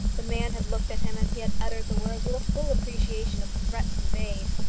the man had looked at him as he had uttered the words with a full appreciation of the threat conveyed.